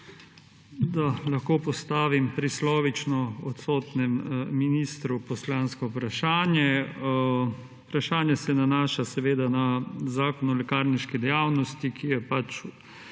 da lahko postavim prislovično odsotnemu ministru poslansko vprašanje. Vprašanje se nanaša seveda na Zakon o lekarniški dejavnosti, ki je pač